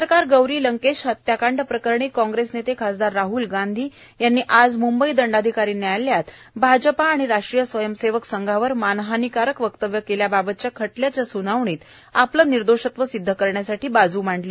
पत्रकार गौरी लंकेश हत्याकांड प्रकरणी कांग्रेस नेते खासदार राहल गांधी यांनी आज मुंबई दंडाधिकारी न्यायालयात भाजपा आणि राष्ट्रीय स्वयंसेवक संघावर मानहानीकारक वक्तव्य केल्याबाबतच्या खटल्याच्या सूनावणीमध्ये राहल गांधी यांनी आपले निर्दोषत्व सिद्ध करण्यासाठी आपली बाज् मांडली